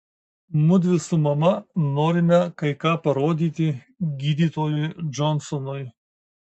mudvi su mama norime kai ką parodyti gydytojui džonsonui